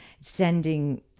sending